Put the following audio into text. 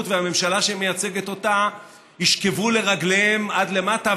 והממשלה שמייצגת אותה ישכבו לרגליהם עד למטה.